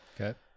Okay